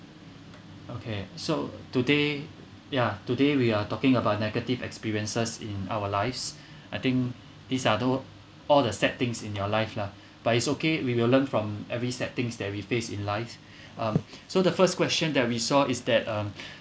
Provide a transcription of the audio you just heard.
okay so today ya today we are talking about negative experiences in our lives I think these are tho~ all the sad things in your life lah but it's okay we will learn from every sad things that we face in life um so the first question that we saw is that um